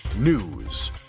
News